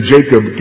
Jacob